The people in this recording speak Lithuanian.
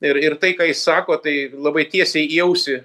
ir ir tai ką jis sako tai labai tiesiai į ausį